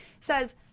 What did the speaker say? says